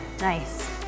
Nice